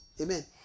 Amen